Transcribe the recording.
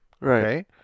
right